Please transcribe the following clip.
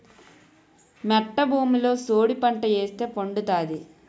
మెట్ట భూమిలో సోడిపంట ఏస్తే పండుతాది